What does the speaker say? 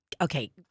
Okay